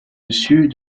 dessus